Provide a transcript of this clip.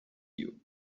you